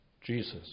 Jesus